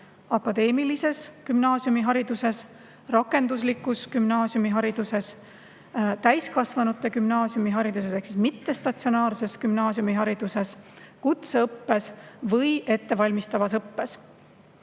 akadeemilises gümnaasiumihariduses, rakenduslikus gümnaasiumihariduses, täiskasvanute gümnaasiumihariduses ehk mittestatsionaarses gümnaasiumihariduses, kutseõppes või ettevalmistavas õppes.